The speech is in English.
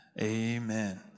amen